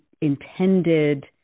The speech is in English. intended